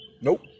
Nope